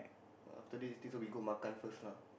after this later we go Makan first lah